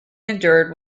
endured